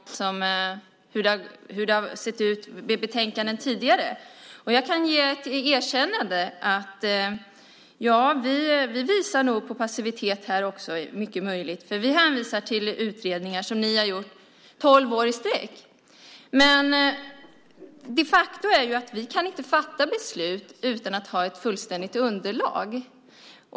Fru talman! Jag börjar med den intressanta frågan, som jag tycker, om historiebeskrivningen, hur det har sett ut med betänkanden tidigare. Jag kan ge ett erkännande att det är mycket möjligt att vi visar prov på passivitet. Vi hänvisar till utredningar, som ni har gjort i tolv år i sträck. Men faktum är att vi inte kan fatta beslut utan att ha ett fullständigt underlag.